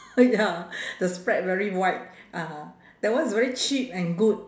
ya the spread very wide ah that one is very cheap and good